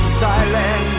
silent